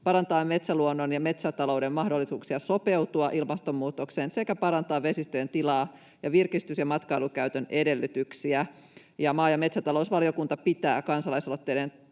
parantaa metsäluonnon ja metsätalouden mahdollisuuksia sopeutua ilmastonmuutokseen sekä parantaa vesistöjen tilaa ja virkistys‑ ja matkailukäytön edellytyksiä. Maa‑ ja metsätalousvaliokunta pitää kansalais-aloitteen